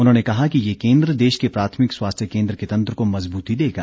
उन्होंने कहा कि ये केन्द्र देश के प्राथमिक स्वास्थ केन्द्र के तंत्र को मजबूती देगा